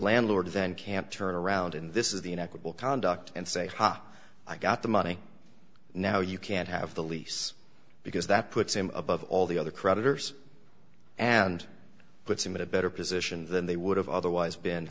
landlord event can't turn around and this is the inevitable conduct and say i got the money now you can't have the lease because that puts him above all the other creditors and puts him in a better position than they would have otherwise been